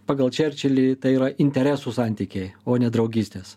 pagal čerčilį tai yra interesų santykiai o ne draugystės